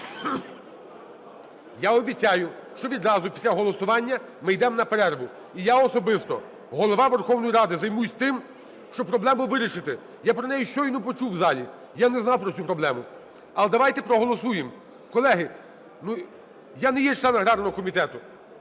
Я обіцяю, що відразу після голосування ми йдемо на перерву. І я особисто, Голова Верховної Ради, займусь тим, щоб проблему вирішити, я про неї щойно почув в залі, я не знав про цю проблему. Але давайте проголосуємо, колеги, ну, я не є член аграрного комітету,